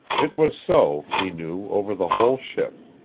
it was so, he knew, over the whole ship.